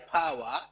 power